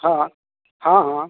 हाँ हाँ हाँ